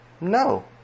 No